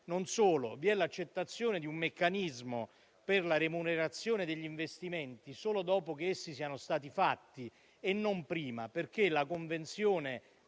Non solo, vi è l'accettazione di un meccanismo per la remunerazione degli investimenti solo dopo che essi siano stati fatti e non prima, perché la convenzione,